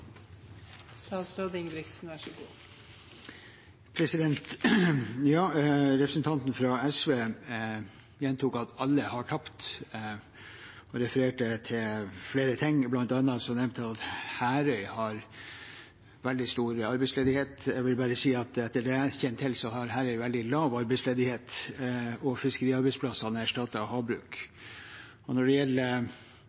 Representanten fra SV gjentok at alle har tapt, og refererte til flere ting. Han nevnte bl.a. at Herøya har veldig stor arbeidsledighet. Jeg vil bare si at etter det jeg kjenner til, har Herøya veldig lav arbeidsledighet, og fiskeriarbeidsplassene er erstattet av havbruk.